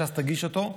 ש"ס תגיש אותו,